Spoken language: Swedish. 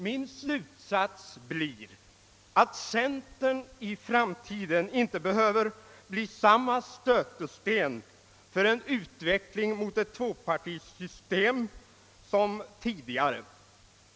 Min slutsats blir att centern i framtiden inte behöver bli samma stötesten för en utveckling mot ett tvåpartisystem som tidigare.